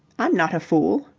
i'm not a fool.